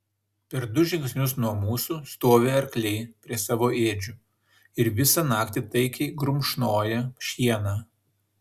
per du žingsnius nuo mūsų stovi arkliai prie savo ėdžių ir visą naktį taikiai grumšnoja šieną